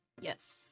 Yes